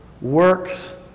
works